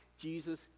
Jesus